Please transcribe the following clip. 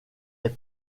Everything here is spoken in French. est